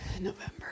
November